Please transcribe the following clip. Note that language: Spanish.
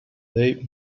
dave